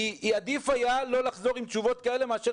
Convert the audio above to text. עדיף היה לא לחזור עם תשובות כאלה מאשר